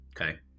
Okay